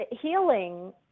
Healing